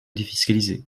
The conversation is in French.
défiscalisé